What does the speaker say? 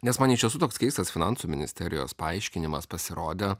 nes man iš tiesų toks keistas finansų ministerijos paaiškinimas pasirodė